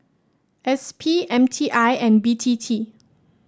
S P M T I and B T T